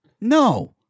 No